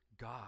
God